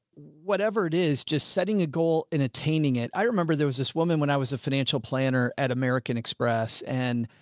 whatever it is, just setting a goal and attaining it. i remember there was this woman when i was a financial planner at american express, and.